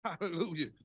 Hallelujah